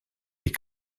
est